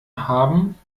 haben